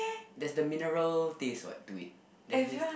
there's the mineral taste what to it there's this